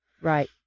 Right